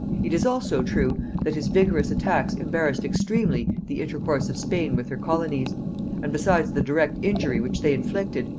it is also true that his vigorous attacks embarrassed extremely the intercourse of spain with her colonies and, besides the direct injury which they inflicted,